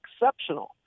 exceptional